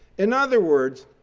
in other words,